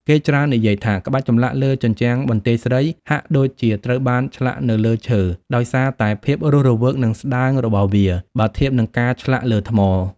គេច្រើននិយាយថា ក្បាច់ចម្លាក់លើជញ្ជាំងបន្ទាយស្រីហាក់ដូចជាត្រូវបានឆ្លាក់នៅលើ ឈើ ដោយសារតែភាពរស់រវើក និងស្តើងរបស់វា បើធៀបនឹងការឆ្លាក់លើថ្ម។